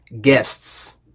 guests